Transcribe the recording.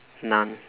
none